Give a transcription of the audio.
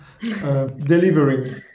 Delivering